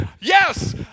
Yes